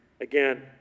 again